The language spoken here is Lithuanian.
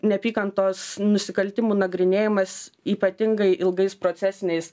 neapykantos nusikaltimų nagrinėjamas ypatingai ilgais procesiniais